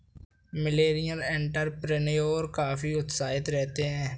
millennial entrepreneur काफी उत्साहित रहते हैं